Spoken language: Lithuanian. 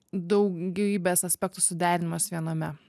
daugybės aspektų suderinimas viename